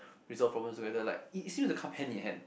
resolve problems together like it it seems to come hand in hand